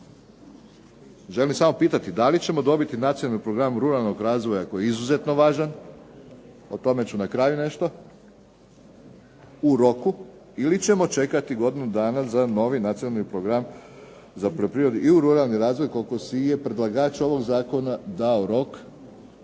Želim samo pitati da li ćemo dobiti Nacionalni program ruralnog razvoja koji je izuzetno važan, o tome ću na kraju nešto, u roku ili ćemo čekati godinu dana za novi nacionalni program za poljoprivredu i ruralni razvoj koliko si je predlagač ovog Zakona dao rok